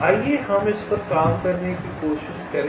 आइए हम इस पर काम करने की कोशिश करें